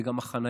זה גם החניה,